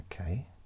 Okay